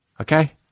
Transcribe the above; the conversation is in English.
Okay